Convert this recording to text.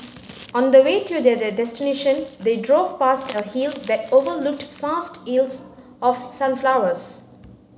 on the way to their destination they drove past a hill that overlooked vast of sunflowers